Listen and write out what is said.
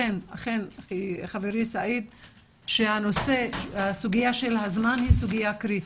לכן חברי סעיד, הסוגיה של הזמן היא סוגיה קריטית.